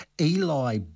Eli